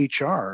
HR